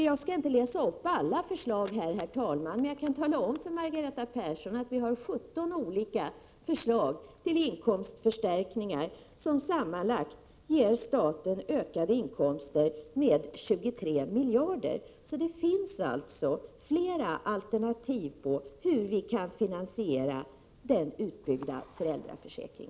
Jag skall inte läsa upp alla förslag, men jag kan tala om för Margareta Persson att vi har 17 olika förslag till inkomstförstärkningar som sammanlagt ger staten ökade inkomster med 23 miljarder. Det finns alltså flera alternativ till finansiering av en utbyggd föräldraförsäkring.